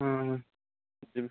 ହଁ ଯିବି